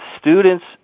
students